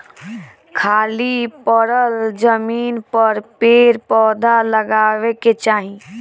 खाली पड़ल जमीन पर पेड़ पौधा लगावे के चाही